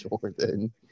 Jordan